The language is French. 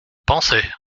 pensais